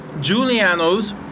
Giuliano's